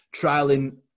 trialing